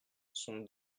son